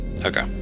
Okay